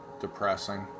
depressing